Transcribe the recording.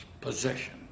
possession